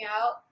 out